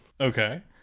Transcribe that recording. Okay